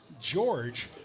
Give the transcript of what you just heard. George